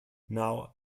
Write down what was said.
now